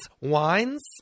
wines